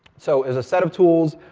so, as a set of tools,